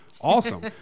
Awesome